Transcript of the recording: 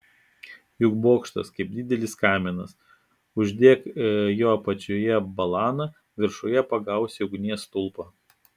juk bokštas kaip didelis kaminas uždek jo apačioje balaną viršuje pagausi ugnies stulpą